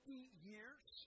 years